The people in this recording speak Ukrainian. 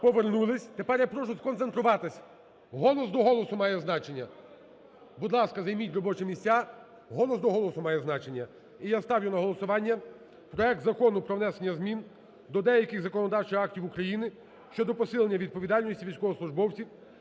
повернулись, тепер я прошу сконцентруватись, голос до голосу має значення, будь ласка, займіть робочі місця, голос до голосу має значення. І я ставлю на голосування проект Закону про внесення змін до деяких законодавчих актів України щодо посилення відповідальності військовослужбовців